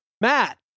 matt